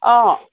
অঁ